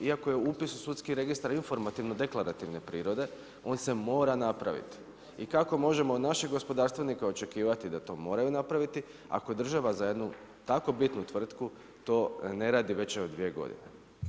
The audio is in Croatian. Iako je upis u sudski registar informativno deklarativne prirode on se mora napraviti i kako možemo od naših gospodarstvenika očekivati da to moraju napraviti, ako je država za jednu tako bitnu tvrtku to ne radi evo već dvije godine.